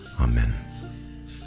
Amen